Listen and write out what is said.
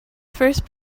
first